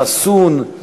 חסוּן,